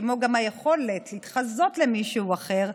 כמו גם היכולת להתחזות למישהו אחר,